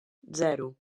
zero